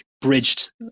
bridged